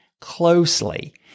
closely